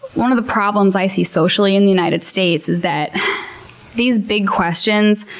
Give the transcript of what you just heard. one of the problems i see socially in the united states is that these big questions,